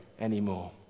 anymore